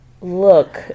Look